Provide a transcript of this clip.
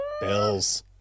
Bills